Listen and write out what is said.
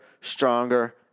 stronger